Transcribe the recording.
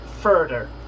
further